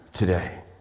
today